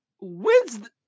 When's